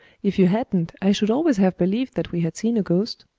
if you hadn't, i should always have believed that we had seen a ghost.